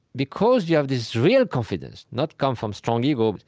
because you have this real confidence, not coming from strong ego, but